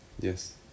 yes